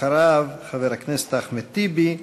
אחריו, חבר הכנסת אחמד טיבי.